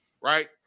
right